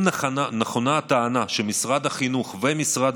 אם נכונה הטענה שמשרד החינוך ומשרד